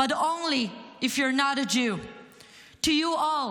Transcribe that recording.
but only if you're not a Jew. For the past year,